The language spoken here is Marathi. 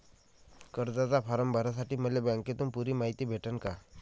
कर्जाचा फारम भरासाठी मले बँकेतून पुरी मायती भेटन का?